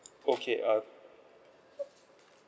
okay uh